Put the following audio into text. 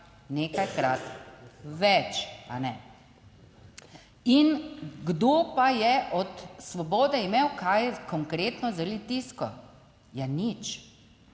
nekajkrat več, a ne? In kdo pa je od Svobode imel kaj konkretno z Litijsko? Ja, nič.